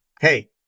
hey